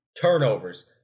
Turnovers